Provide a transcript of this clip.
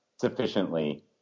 sufficiently